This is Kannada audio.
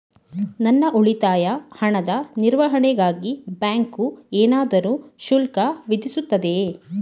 ನನ್ನ ಉಳಿತಾಯ ಹಣದ ನಿರ್ವಹಣೆಗಾಗಿ ಬ್ಯಾಂಕು ಏನಾದರೂ ಶುಲ್ಕ ವಿಧಿಸುತ್ತದೆಯೇ?